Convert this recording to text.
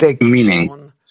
Meaning